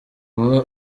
kuba